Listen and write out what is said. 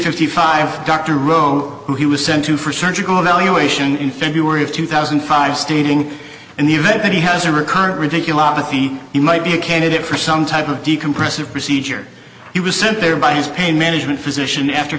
fifty five dr ro who he was sent to for a surgical evaluation in february of two thousand and five stating in the event that he has a recurrent ridiculous he might be a candidate for some type of decompressive procedure he was sent there by his pain management physician after